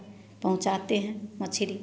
पहुँचाते हैं मछली